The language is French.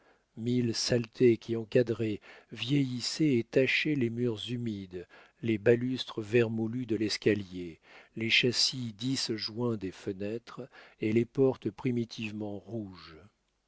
mille saletés qui encadraient vieillissaient et tachaient les murs humides les balustres vermoulus de l'escalier les châssis disjoints des fenêtres et les portes primitivement rouges